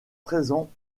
présents